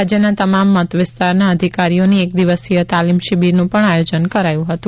રાજ્યના તમામ મત વિસ્તારના અધિકારીઓની એક દિવસીય તાલિમ શિબીરનું પણ આયોજન કરાયું હતું